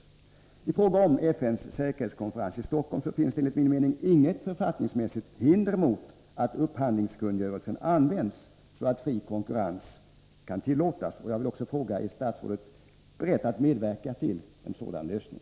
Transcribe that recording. arvsfonden I fråga om FN:s säkerhetskonferens i Stockholm finns enlig min mening inget författningsmässigt hinder mot att upphandlingskungörelsen används, så att fri konkurrens kan tillåtas. Jag vill också fråga: Är statsrådet beredd medverka till en sådan lösning?